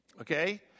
Okay